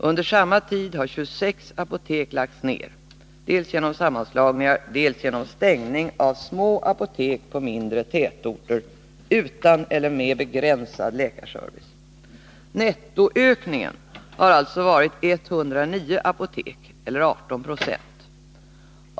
Under samma tid har 26 apotek lagts ned, dels genom sammanslagningar, dels genom stängningar av små apotek på mindre tätorter utan eller med begränsad läkarservice. Nettoökningen har sålunda varit 109 apotek eller 18 96.